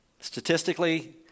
statistically